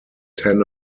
ten